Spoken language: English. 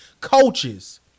coaches